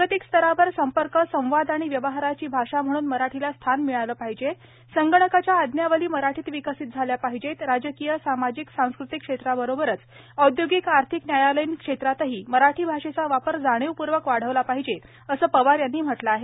जागतिक स्तरावर संपर्क संवाद आणि व्यवहाराची भाषा म्हणून मराठीला स्थान मिळालं पाहिजे संगणकाच्या आज्ञावली मराठीत विकसित झाल्या पाहिजेत राजकीय सामाजिक सांस्कृतिक क्षेत्रांबरोबरच औदयोगिक आर्थिक न्यायालयीन क्षेत्रातही मराठी भाषेचा वापर जाणीवपूर्वक वाढवला पाहिजे असं पवार यांनी म्हटलं आहे